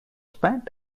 spent